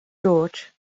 george